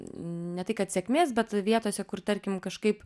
ne tai kad sėkmės bet vietose kur tarkim kažkaip